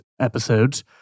episodes